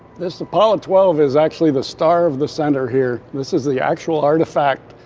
this apollo twelve is actually the star of the center here. this is the actual artifact.